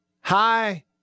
hi